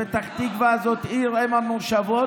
פתח תקווה זאת עיר שהיא אם המושבות,